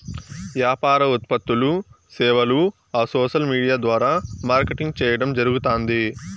యాపార ఉత్పత్తులూ, సేవలూ ఆ సోసల్ విూడియా ద్వారా మార్కెటింగ్ చేయడం జరగుతాంది